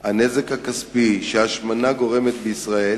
הנזק הכספי שההשמנה גורמת בישראל,